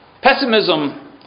Pessimism